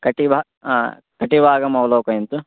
कटिः वा कटिभागमवलोकयन्तु